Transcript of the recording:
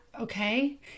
Okay